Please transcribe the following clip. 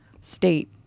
state